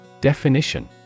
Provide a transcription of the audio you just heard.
Definition